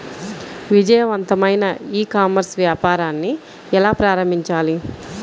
విజయవంతమైన e commerce వ్యాపారాన్ని ఎలా ప్రారంభించాలి?